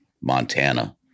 Montana